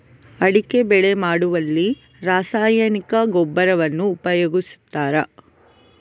ಅಡಿಕೆ ಬೆಳೆ ಮಾಡುವಲ್ಲಿ ರಾಸಾಯನಿಕ ಗೊಬ್ಬರವನ್ನು ಉಪಯೋಗಿಸ್ತಾರ?